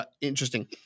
interesting